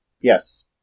Yes